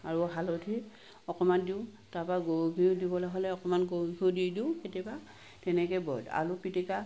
আৰু হালধি অকণমান দিওঁ তাৰ পৰা গৰু ঘিঁউ দিবলৈ হ'লে অকণমান গৰু ঘিঁউ দি দিওঁ কেতিয়াবা তেনেকৈ বইল আলু পিটিকা